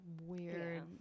weird